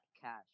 cash